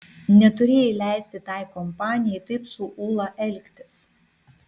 neturėjai leisti tai kompanijai taip su ūla elgtis